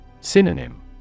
Synonym